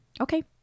Okay